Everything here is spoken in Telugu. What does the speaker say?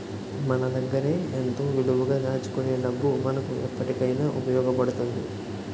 మన దగ్గరే ఎంతో విలువగా దాచుకునే డబ్బు మనకు ఎప్పటికైన ఉపయోగపడుతుంది